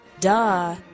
Duh